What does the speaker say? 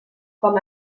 com